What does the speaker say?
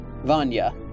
Vanya